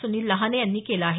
सुनिल लहाने यांनी केलं आहे